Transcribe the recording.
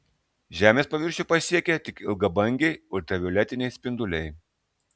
žemės paviršių pasiekia tik ilgabangiai ultravioletiniai spinduliai